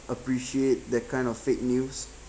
appreciate that kind of fake news